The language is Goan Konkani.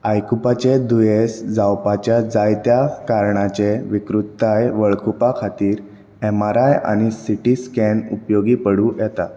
आयकुपाचें दुयेंस जावपाच्या जायत्या कारणाचें विकृतताय वळखुपा खातीर एमआरआय आनी सीटी स्कॅन उपयोगी पडूं येता